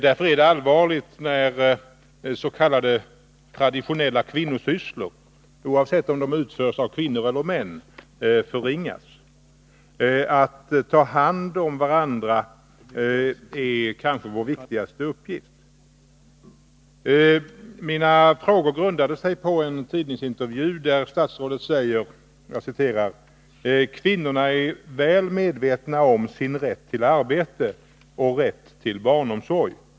Därför är det allvarligt när s.k. traditionella kvinnosysslor, oavsett om de utförs av kvinnor eller män, förringas. Att ta hand om varandra är kanske vår viktigaste uppgift. Mina frågor grundade sig på en tidningsintervju, där statsrådet säger: Kvinnorna är väl medvetna om sin rätt till arbete och rätt till barnomsorg.